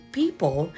people